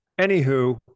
Anywho